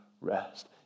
rest